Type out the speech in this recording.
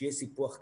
שיהיה סיפוח קטן.